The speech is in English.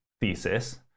thesis